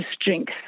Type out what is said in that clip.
strength